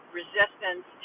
resistance